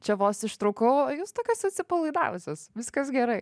čia vos ištrūkau o jūs tokios atsipalaidavusios viskas gerai